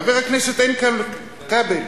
חבר הכנסת איתן כבל: